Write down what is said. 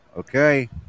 Okay